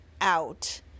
Out